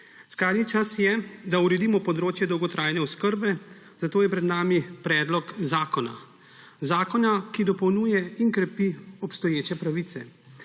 Skrajni čas je, da uredimo področje dolgotrajne oskrbe, zato je pred nami predlog zakona, zakona, ki dopolnjuje in krepi obstoječe pravice.